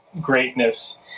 greatness